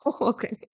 okay